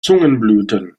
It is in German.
zungenblüten